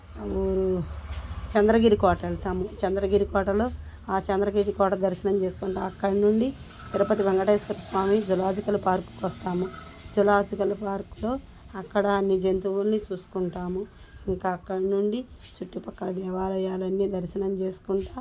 ఊరు చంద్రగిరి కోట వెళ్తాము చంద్రగిరి కోటలో ఆ చంద్రగిరి కోట దర్శనం చేసుకుంట అక్కడ నుండి తిరుపతి వెంకటేశ్వర స్వామి జులాజికల్ పార్కుకొస్తాము జులాజికల్ పార్క్లో అక్కడ అన్నీ జంతువులుని చూసుకుంటాము ఇంకా అక్కడ నుండి చుట్టుపక్కల దేవాలయాలన్నీ దర్శనం చేసుకుంటా